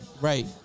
Right